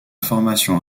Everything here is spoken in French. formation